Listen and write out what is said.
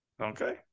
Okay